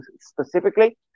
specifically